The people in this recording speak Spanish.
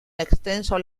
extenso